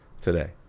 today